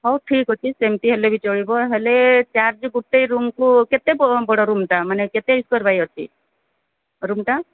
ହଉ ଠିକ୍ ଅଛି ସେମିତି ହେଲେ ବି ଚଳିବ ହେଲେ ଚାର୍ଜ ଗୋଟେ ରୁମ୍ କେତେ ବଡ଼ ରୁମ୍ ମାନେ କେତେ ସ୍କୋୟାର୍ ବାଇ ଅଛି ରୁମ୍ଟା